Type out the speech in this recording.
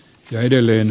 edelleen